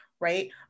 right